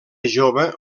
jove